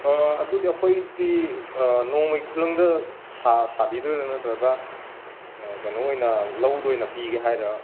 ꯑꯗꯨꯗꯤ ꯑꯩꯈꯣꯏꯗꯤ ꯅꯣꯡꯃꯩ ꯈꯨꯂꯪꯗ ꯁꯥꯕꯤꯗꯣꯏꯔ ꯅꯠꯇ꯭ꯔꯒ ꯀꯩꯅꯣ ꯑꯣꯏꯅ ꯂꯧꯗ ꯑꯣꯏꯅ ꯄꯤꯒꯦ ꯍꯥꯏꯔꯥ